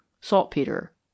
saltpeter